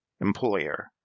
employer